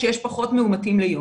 כשיש פחות מאומתים ליום.